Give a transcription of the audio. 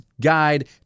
Guide